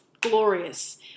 glorious